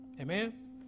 Amen